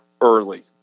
early